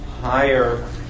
higher